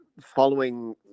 following